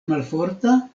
malforta